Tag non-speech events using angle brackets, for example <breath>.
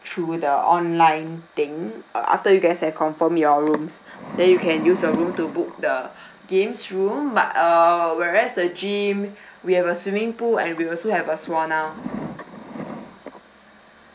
through the online thing uh after you guys have confirm your rooms <breath> then you can use your room to book the <breath> games room but err whereas the gym we have a swimming pool and we also have a sauna